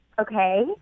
Okay